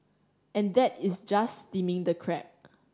and that is just steaming the crab